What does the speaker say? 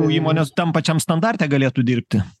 įmonės tam pačiam standarte galėtų dirbti